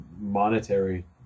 monetary